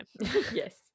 Yes